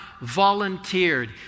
volunteered